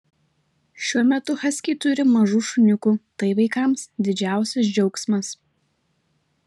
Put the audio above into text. šiuo metu haskiai turi mažų šuniukų tai vaikams didžiausias džiaugsmas